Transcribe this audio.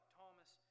thomas